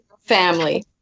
Family